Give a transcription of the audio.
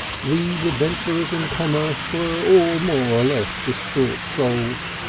these adventurers in commerce were all more or less distraught souls,